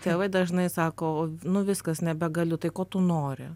tėvai dažnai sako nu viskas nebegaliu tai ko tu nori